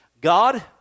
God